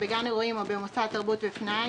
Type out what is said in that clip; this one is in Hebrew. שמחות, בגן אירועים או במוסד תרבות ופנאי